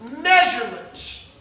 measurement